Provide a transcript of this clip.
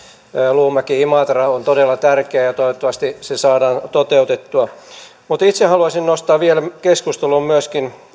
luumäki imatra on todella tärkeä ja toivottavasti se saadaan toteutettua itse haluaisin nostaa vielä keskusteluun myöskin